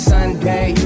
Sunday